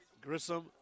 Grissom